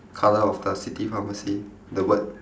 colour of the city pharmacy the word